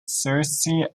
searcy